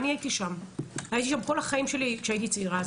הייתי שם בכל החיים שלי כאשר הייתי צעירה.